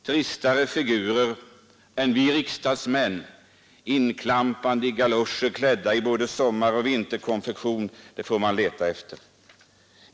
Tristare figurer än vi riksdagsmän, inklampande i galoscher och klädda i både sommaroch vinterkonfektion, får man leta efter.